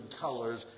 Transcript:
colors